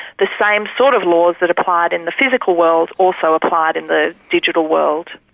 the same sort of laws that applied in the physical world also applied in the digital world.